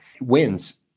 wins